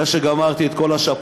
אחרי שגמרתי את כל ה"שאפואים",